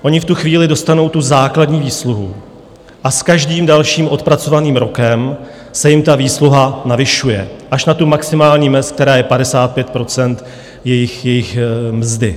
Oni v tu chvíli dostanou tu základní výsluhu a s každým dalším odpracovaným rokem se jim ta výsluha navyšuje až na maximální mez, která je 55 % jejich mzdy.